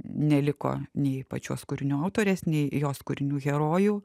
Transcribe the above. neliko nei pačios kūrinio autorės nei jos kūrinių herojų